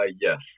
Yes